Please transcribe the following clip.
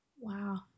wow